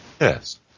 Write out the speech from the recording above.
Yes